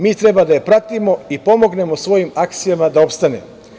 Mi treba da je pratimo i pomognemo svojim akcijama da opstane.